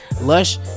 Lush